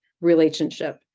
relationship